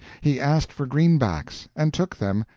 he asked for greenbacks, and took them,